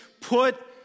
put